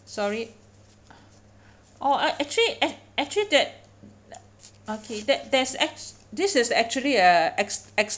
sorry orh actually act~ actually that okay that there's act~ this is actually a x x